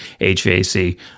HVAC